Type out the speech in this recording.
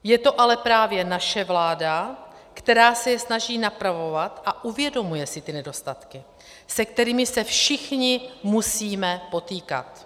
Je to ale právě naše vláda, která se je snaží napravovat a uvědomuje si ty nedostatky, se kterými se všichni musíme potýkat.